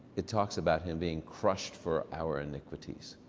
it talks about him being crushed for our iniquities.